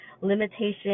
limitations